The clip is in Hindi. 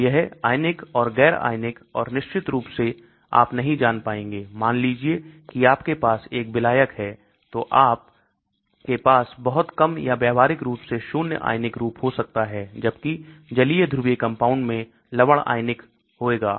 तो यह आयनिक और गैर आयनिक और निश्चित रूप से आप नहीं जान पाएंगे मान लीजिए कि आपके पास एक विलायक है तो आपके पास बहुत कम या व्यावहारिक रूप से शून्य आयनिक रूप हो सकता है जबकि जलीय ध्रुवीय कंपाउंड में लवण आयनिक जाएगा